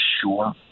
sure